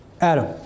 Adam